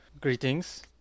Greetings